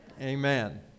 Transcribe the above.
Amen